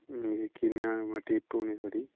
एह् किन्ना टिप होनी थोआढ़ी